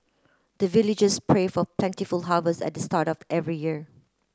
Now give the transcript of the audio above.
the villagers pray for plentiful harvest at the start of every year